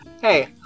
hey